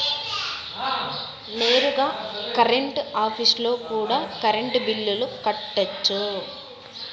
నేరుగా కరెంట్ ఆఫీస్లో కూడా కరెంటు బిల్లులు కట్టొచ్చు